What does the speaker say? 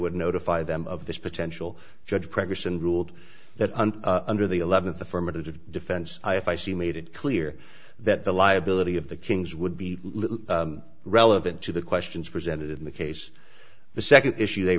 would notify them of this potential judge practice and ruled that under the eleventh affirmative defense if i see made it clear that the liability of the kings would be little relevant to the questions presented in the case the second issue they